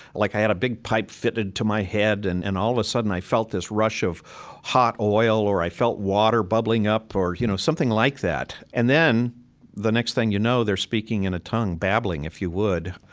like i had a big pipe fitted to my head and and, all of a sudden, i felt this rush of hot oil or i felt water bubbling up or, you know, something like that. and then the next thing you know, they're speaking in a tongue, babbling, if you would,